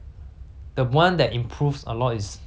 isabelle if you don't